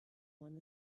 one